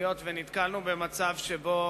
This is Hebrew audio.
היות שנתקלנו במצב שבו